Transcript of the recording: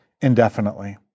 indefinitely